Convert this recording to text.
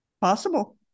Possible